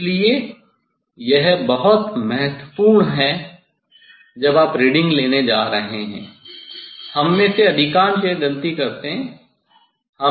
इसलिए यह बहुत महत्वपूर्ण है जब आप रीडिंग लेने जा रहे हैं हम में से अधिकांश यह गलती करते हैं